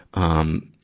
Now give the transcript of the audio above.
um,